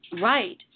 Right